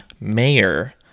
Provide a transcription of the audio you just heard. mayor